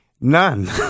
none